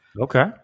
Okay